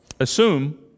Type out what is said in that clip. assume